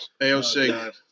AOC